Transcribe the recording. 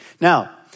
Now